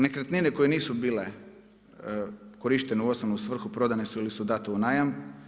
Nekretnine koje nisu bile korištene u osnovnu svrhu, prodane su ili su date u najam.